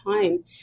time